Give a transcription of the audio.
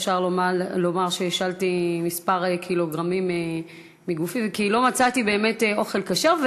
אפשר לומר שהשלתי כמה קילוגרמים מגופי כי לא מצאתי באמת אוכל כשר.